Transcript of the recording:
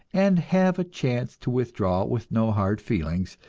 and have a chance to withdraw with no hard feelings,